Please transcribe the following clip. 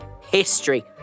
history